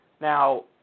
Now